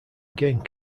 gained